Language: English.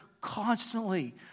constantly